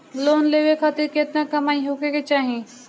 Loan लेवे खातिर केतना कमाई होखे के चाही?